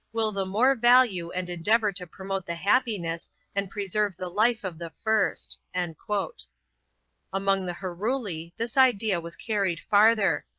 will the more value and endeavor to promote the happiness and preserve the life of the first. and among the heruli this idea was carried farther,